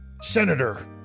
senator